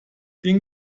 den